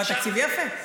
אבל תקציבי יפה.